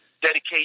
dedication